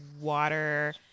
water